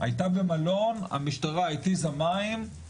הייתה במלון, המשטרה התיזה מים, המשטרה,